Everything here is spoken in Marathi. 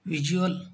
व्हिज्युअल